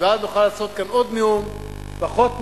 ואז נוכל לשאת כאן עוד נאום, פחות נאום,